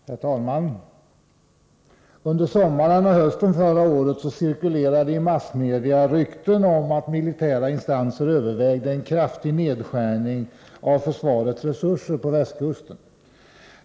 Herr talman! Under sommaren och hösten förra året cirkulerade i massmedia rykten om att militära instanser övervägde en kraftig nedskärning av försvarets resurser på västkusten.